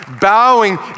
bowing